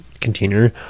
container